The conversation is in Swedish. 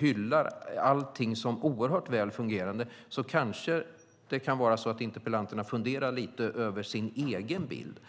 hylla allt som oerhört väl fungerande kan interpellanten med flera kanske fundera lite över sin egen bild.